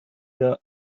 der